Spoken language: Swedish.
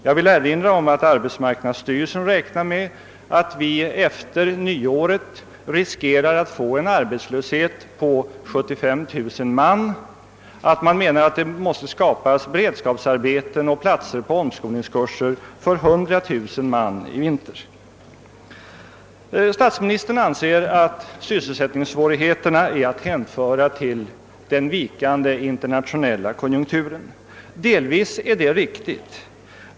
Jag vill erinra om att arbetsmarknadsstyrelsen räknar med att vi efter nyår riskerar att få en arbetslöshet på 75 000 man och att det måste skapas beredskapsarbeten och platser på omskolningskurser för 100 000 man i vinter. Statsministern anser att sysselsättningssvårigheterna är att hänföra till den vikande internationella konjunkturen. Delvis är det riktigt.